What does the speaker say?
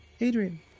adrian